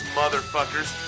motherfuckers